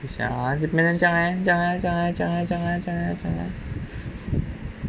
等一下啊这边 leh 这样 leh 这样 leh 这样 leh 这样 leh 这样 leh 这样 leh 这样 leh